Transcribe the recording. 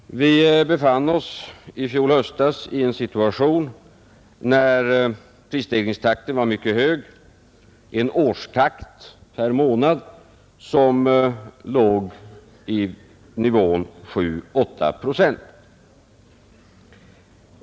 Vi befann oss i fjol höstas i en situation när prisstegringstakten var mycket hög. Prishöjningen per månad motsvarade en årstakt av 7 å 8 procent.